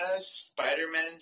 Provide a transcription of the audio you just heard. Spider-Man